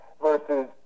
versus